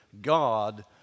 God